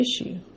issue